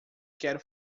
quero